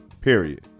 Period